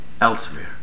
elsewhere